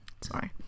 Sorry